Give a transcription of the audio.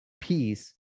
peace